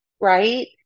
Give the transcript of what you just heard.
Right